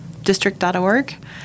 district.org